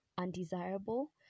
undesirable